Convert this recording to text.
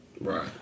Right